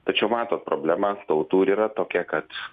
tačiau matot problema tautų ir yra tokia kad